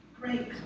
great